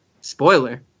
spoiler